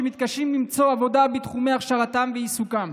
שמתקשים למצוא עבודה בתחומי הכשרתם ועיסוקם.